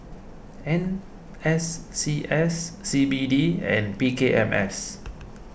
N S C S C B D and B K M S